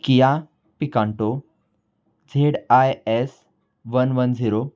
KIA Picanto Z I S one one zero